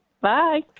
Bye